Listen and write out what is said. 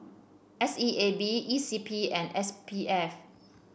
S E A B E C P and S P F